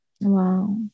Wow